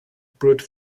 brute